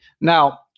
Now